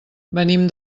venim